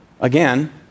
again